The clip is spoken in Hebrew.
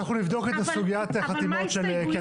אנחנו נבדוק את סוגיית החתימה של קרן.